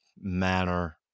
manner